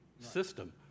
system